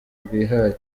rwihaye